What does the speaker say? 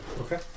Okay